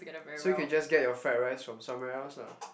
so you can just get your fried rice from somewhere else lah